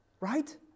Right